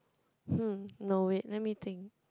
hm no wait let me think